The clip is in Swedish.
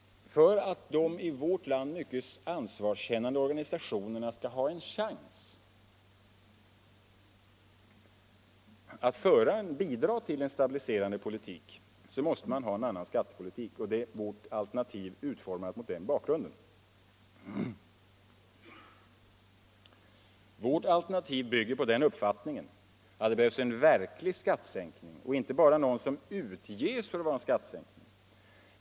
För att de i vårt land mycket ansvarskännande organisationerna skall ha en chans att bidra till en stabiliserande politik måste man ha en annan skattepolitik. Vårt alternativ är utformat mot den bakgrunden. Vårt alternativ bygger på den uppfattningen att det behövs en verklig skattesänkning och inte bara något som utges för att vara en skattesänkning.